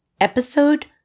Episode